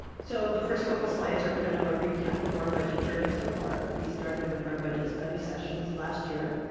so the first couple slides are kind of a recap of our budget journey so far. we started with our budget study sessions last year,